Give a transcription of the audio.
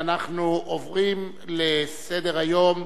אנחנו עוברים לסדר-היום: